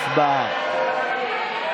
הצבעה.